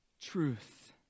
truth